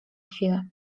chwilę